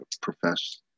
profess